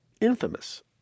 infamous